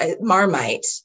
Marmite